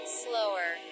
Slower